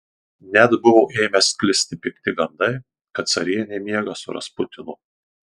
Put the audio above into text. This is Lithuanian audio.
net buvo ėmę sklisti pikti gandai kad carienė miega su rasputinu